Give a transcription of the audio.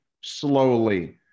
slowly